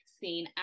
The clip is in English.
seen